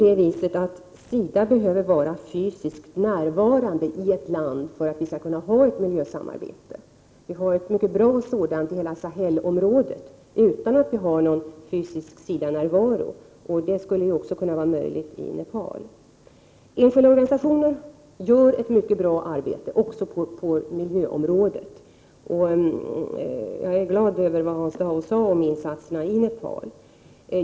Det är inte så att SIDA behöver vara fysiskt närvarande i ett land för att vi skall kunna ha ett miljösamarbete med detta. Vi har ett mycket bra miljösamarbete med Sahelområdet utan att SIDA fysiskt är närvarande där, och det skulle också kunna vara möjligt beträffande Nepal. Enskilda organisationer gör ett mycket bra arbete, också på miljöområdet, och jag är glad över vad Hans Dau sade om insatserna i Nepal.